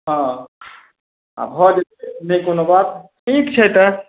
हँ आओर भऽ जएतै नहि कोनो बात ठीक छै तऽ